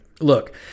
Look